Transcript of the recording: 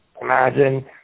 Imagine